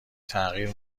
تغییر